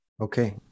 okay